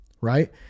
Right